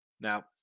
Now